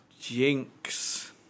Jinx